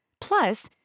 Plus